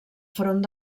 front